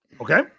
Okay